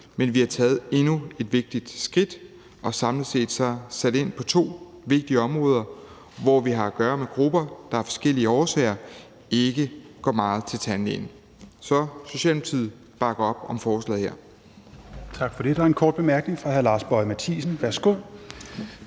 men vi har taget endnu et vigtigt skridt og samlet set sat ind på to vigtige områder, hvor vi har at gøre med grupper, der af forskellige årsager ikke går meget til tandlæge. Så Socialdemokratiet bakker op om forslaget her.